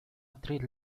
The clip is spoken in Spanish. actriz